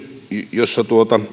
jossa